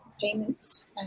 payments